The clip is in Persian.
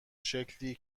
شکلی